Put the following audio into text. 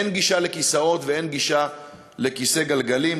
אין גישה לכיסאות ואין גישה לכיסא גלגלים,